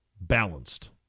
balanced